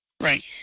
Right